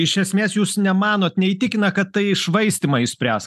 iš esmės jūs nemanot neįtikina kad tai švaistymą išspręs